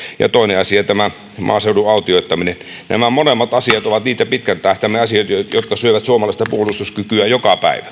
ja toinen asia tämä maaseudun autioittaminen nämä molemmat asiat ovat niitä pitkän tähtäimen asioita jotka syövät suomalaista puolustuskykyä joka päivä